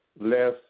less